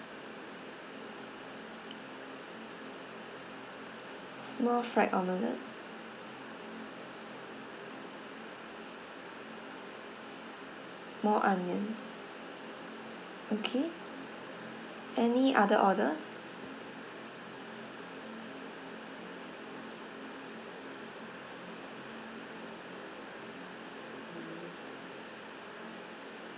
small fried omelette more onion okay any other orders